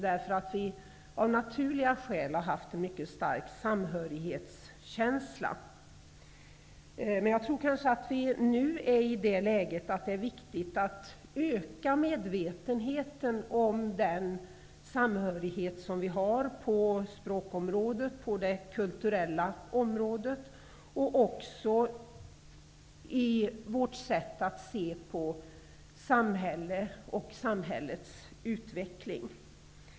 Vi har av naturliga skäl haft en mycket stark samhörighetskänsla. Men nu är vi kanske i det läget att det är viktigt att öka medvetenheten om den samhörighet som vi har på språkområdet, på det kulturella området och i vårt sätt att se på samhället och dess utveckling.